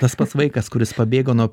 tas pats vaikas kuris pabėgo nuo